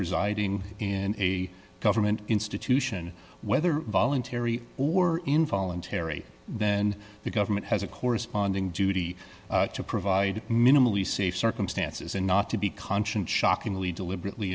residing in a government institution whether voluntary or involuntary then the government has a corresponding duty to provide minimally safe circumstances and not to be conscient shockingly deliberately